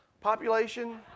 Population